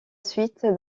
suite